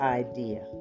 idea